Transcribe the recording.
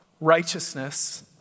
righteousness